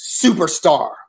superstar